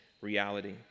reality